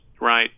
right